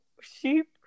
sheep